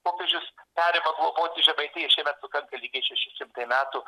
popiežius perima globoti žemaitiją šiemet sukanka lygiai šeši šimtai metų